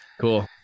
Cool